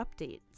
updates